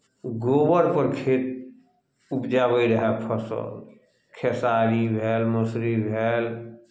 गोबरपर खेत उपजाबत रहए फसल खेसारी भेल मसुरी भेल